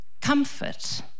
comfort